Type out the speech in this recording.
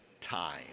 time